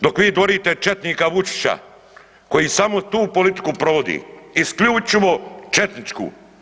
Dok vi dvorite četnika Vučića koji samo tu politiku provodi, isključivo četničku.